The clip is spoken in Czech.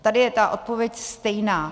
Tady je ta odpověď stejná.